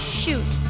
shoot